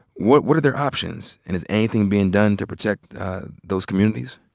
what what are their options? and is anything bein' done to protect those communities?